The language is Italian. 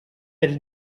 del